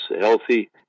healthy